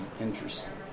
interesting